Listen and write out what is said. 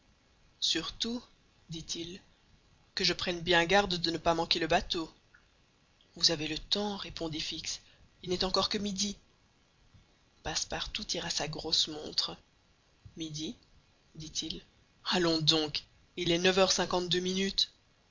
surtout dit-il que je prenne bien garde de ne pas manquer le bateau vous avez le temps répondit fix il n'est encore que midi passepartout tira sa grosse montre midi dit-il allons donc il est neuf heures cinquante-deux minutes